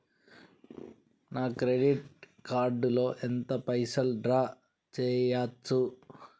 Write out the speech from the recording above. నా credit card లో ఎంత పైసల్ డ్రా చేయచ్చు?